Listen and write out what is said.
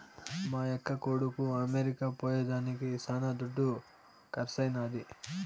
మా యక్క కొడుకు అమెరికా పోయేదానికి శానా దుడ్డు కర్సైనాది